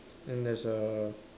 then there's a